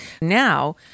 Now